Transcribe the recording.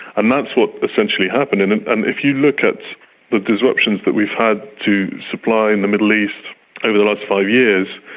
and that's what essentially happened. and and if you look at the disruptions that we've had to supply in the middle east over the last five years,